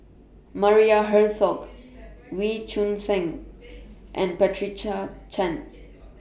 Maria Hertogh Wee Choon Seng and Patricia Chan